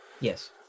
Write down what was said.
yes